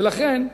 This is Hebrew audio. ולכן,